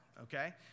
okay